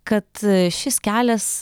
kad šis kelias